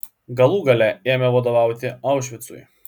galų gale ėmė vadovauti aušvicui